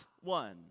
one